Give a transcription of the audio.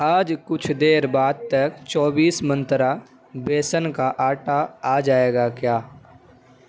آج کچھ دیر بعد تک چوبیس منترا بیسن کا آٹا آ جائے گا کیا